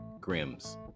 Grimm's